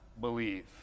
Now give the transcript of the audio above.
believe